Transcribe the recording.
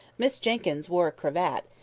miss jenkyns wore a cravat,